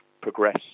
progress